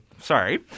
Sorry